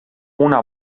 una